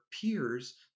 peers